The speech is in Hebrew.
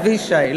אבישי.